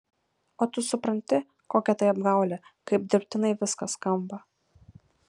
o tu supranti kokia tai apgaulė kaip dirbtinai viskas skamba